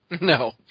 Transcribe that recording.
No